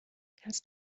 kannst